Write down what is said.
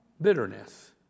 bitterness